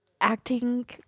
acting